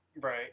Right